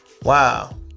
Wow